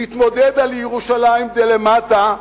נתמודד על ירושלים דלמטה,